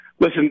Listen